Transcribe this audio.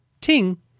Ting